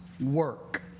work